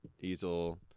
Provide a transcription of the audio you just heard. easel